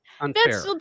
unfair